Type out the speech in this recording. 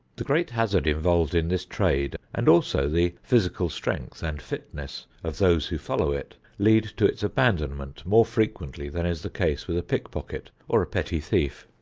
the great hazard involved in this trade and also the physical strength and fitness of those who follow it lead to its abandonment more frequently than is the case with a pickpocket or a petty thief.